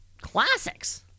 classics